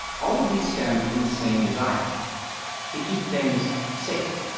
all of these stem from the same desire to keep things safe.